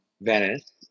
Venice